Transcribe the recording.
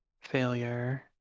Failure